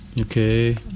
Okay